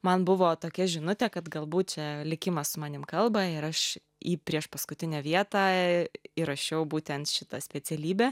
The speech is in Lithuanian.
man buvo tokia žinutė kad galbūt čia likimas su manim kalba ir aš į priešpaskutinę vietą įrašiau būtent šitą specialybę